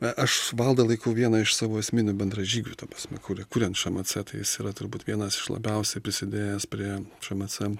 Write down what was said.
na aš valdą laiku vieną iš savo esminių bendražygių ta prasme kuria kuriant šmc tai jis yra turbūt vienas iš labiausiai prisidėjęs prie šmc